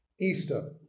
Easter